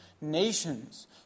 nations